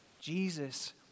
Jesus